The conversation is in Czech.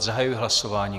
Zahajuji hlasování.